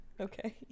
Okay